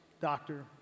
doctor